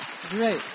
great